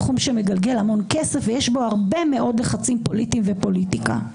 תחום שמגלגל המון כסף ויש בו הרבה מאוד לחצים פוליטיים ופוליטיקה.